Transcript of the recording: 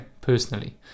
personally